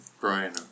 Brian